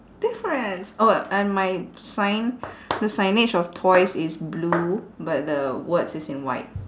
difference oh and my sign the signage of toys is blue but the words is in white